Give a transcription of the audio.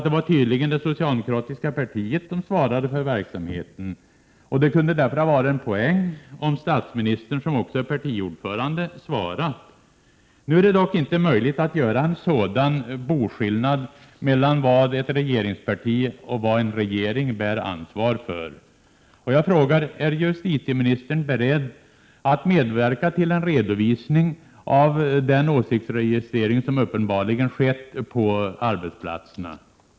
Det var tydligen det socialdemokratiska partiet som svarade för verksamheten. Det kunde därför ha varit en poäng om statsministern — som också är partiordförande — svarat. Nu är det dock inte möjligt att göra en sådan boskillnad mellan vad ett regeringsparti och vad en regering bär ansvar för. Är justitieministern beredd att medverka till en redovisning av den åsiktsregistrering som uppenbarligen skett på arbetsplatserna?